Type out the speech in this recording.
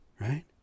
right